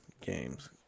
games